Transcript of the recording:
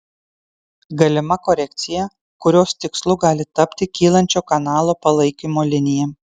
galima korekcija kurios tikslu gali tapti kylančio kanalo palaikymo linija